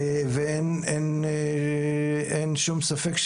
ואין שום ספק,